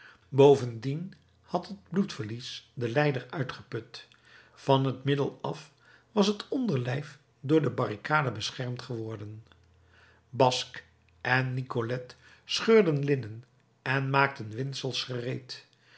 bovendien had het bloedverlies den lijder uitgeput van het middel af was het onderlijf door de barricade beschermd geworden basque en nicolette scheurden linnen en maakten windsels gereed